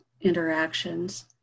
interactions